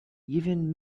even